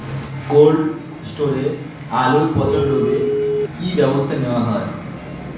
Cold স্টোরে আলুর পচন রোধে কি ব্যবস্থা নেওয়া হয়?